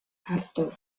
arto